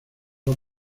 los